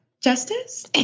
justice